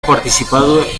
participado